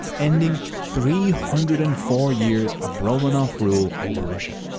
ending three hundred and four years of romanov rule over russia.